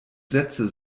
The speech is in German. sätze